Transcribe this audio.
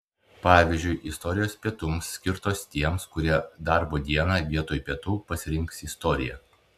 pavyzdžiui istorijos pietums skirtos tiems kurie darbo dieną vietoj pietų pasirinks istoriją